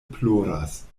ploras